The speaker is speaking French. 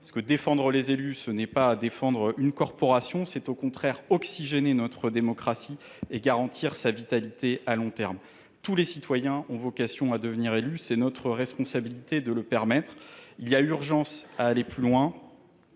communes. Défendre les élus, ce n’est pas défendre une corporation ; c’est au contraire oxygéner notre démocratie et garantir sa vitalité à long terme. Tous les citoyens ont vocation à devenir élus et notre responsabilité est de leur en donner la